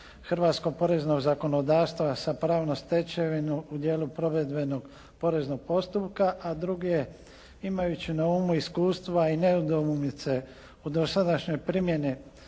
hrvatskog poreznog zakonodavstva sa pravnom stečevinom u dijelu provedbenog poreznog postupka a drugi je imajući na umu iskustva i nedoumice o dosadašnjoj primjeni